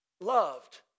loved